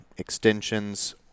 Extensions